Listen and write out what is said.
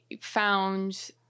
found